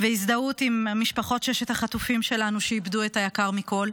והזדהות עם משפחות ששת החטופים שלנו שאיבדו את היקר מכל.